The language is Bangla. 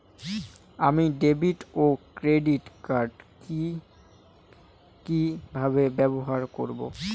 আমি ডেভিড ও ক্রেডিট কার্ড কি কিভাবে ব্যবহার করব?